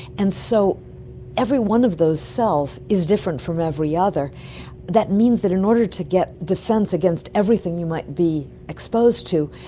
and so every one of those cells is different from every other, and that means that in order to get defence against everything you might be exposed to,